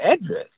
address